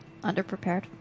underprepared